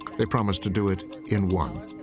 they promised to do it in one.